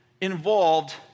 involved